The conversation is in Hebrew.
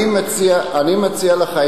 אני מציע לך,